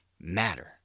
matter